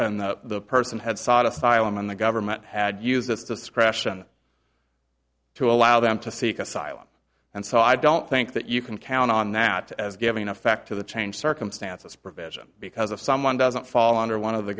and the person had sought asylum and the government had used its discretion to allow them to seek asylum and so i don't think that you can count on that as giving effect to the changed circumstances provision because if someone doesn't fall under one of the